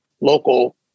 local